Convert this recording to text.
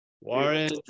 Warren